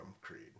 Creed